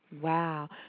Wow